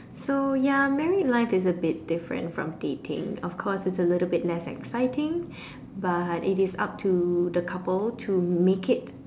so ya married life is a bit different from dating of course it's a little bit less exciting but it is up to the couple to make it